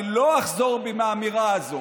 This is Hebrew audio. אני לא אחזור בי מהאמירה הזו.